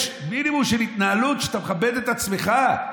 יש מינימום של התנהלות שאתה מכבד את עצמך.